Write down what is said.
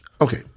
okay